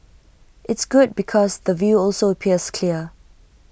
it's good because the view also appears clear